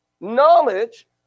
knowledge